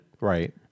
Right